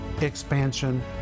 expansion